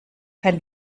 kein